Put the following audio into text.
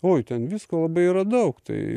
oi ten visko labai yra daug tai